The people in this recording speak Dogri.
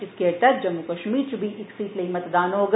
इस गेड़ तैह्त जम्मू कश्मीर च बी इक सीट लेई मतदान होग